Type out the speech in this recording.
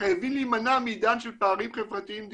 חייבים להמנע מעידן של פערים חברתיים דיגיטליים,